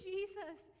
Jesus